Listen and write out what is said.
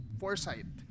foresight